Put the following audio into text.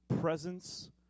presence